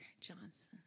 Johnson